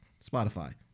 spotify